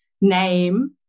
name